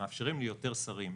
מאפשרים ליותר שרים.